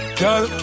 girl